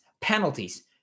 Penalties